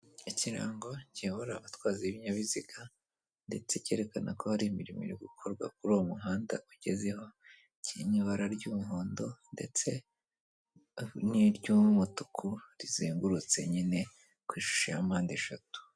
Ikirango kiyobora abatwazi binyabiziga ndetse cyerekana ko hari imirimo iri gukorwa kuri uwo muhanda ugezeho kiri mu ibara ry'umuhondo ndetse n'iry'umutuku rizengurutse nyine ku ishusho ya mpande eshatu.